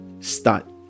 start